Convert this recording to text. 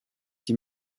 die